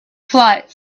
flight